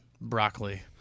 broccoli